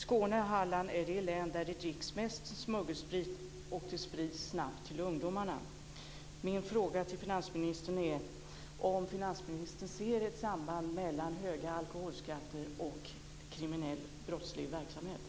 Skåne län och Hallands län är de län där det dricks mest smuggelsprit, och den sprids snabbt till ungdomarna. Min fråga till finansministern är om finansministern ser ett samband mellan höga alkoholskatter och brottslig verksamhet.